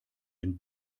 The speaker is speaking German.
den